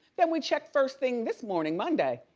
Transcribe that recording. then we checked first thing this morning, monday,